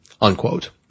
unquote